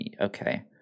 okay